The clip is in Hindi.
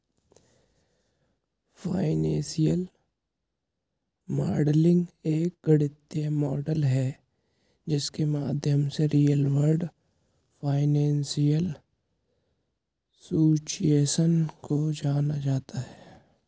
फाइनेंशियल मॉडलिंग एक गणितीय मॉडल है जिसके माध्यम से रियल वर्ल्ड फाइनेंशियल सिचुएशन को जाना जाता है